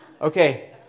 Okay